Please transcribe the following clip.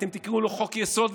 אתם תקראו לו חוק-יסוד,